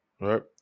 right